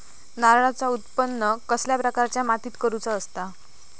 नारळाचा उत्त्पन कसल्या प्रकारच्या मातीत करूचा असता?